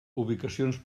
ubicacions